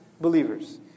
believers